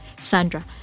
sandra